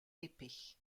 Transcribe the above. épais